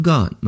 God